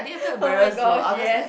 oh-my-gosh yes